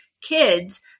kids